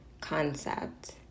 concept